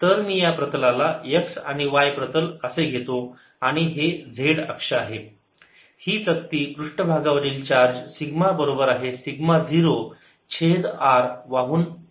तर मी या प्रतलाला x आणि y प्रतल असे घेतो आणि हे z अक्ष आहे ही चकती पृष्ठभागावरील चार्ज सिग्मा बरोबर आहे सिग्मा 0 छेद R वाहून नेत आहे